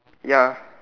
ya